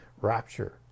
rapture